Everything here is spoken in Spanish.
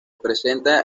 presenta